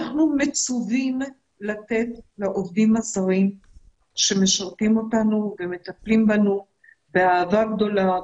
אנחנו מצווים לתת לעובדים הזרים שמשרתים אותנו ומטפלים בנו באהבה גדולה,